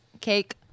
cake